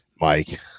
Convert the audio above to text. Mike